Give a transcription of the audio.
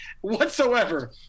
whatsoever